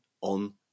on